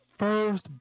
First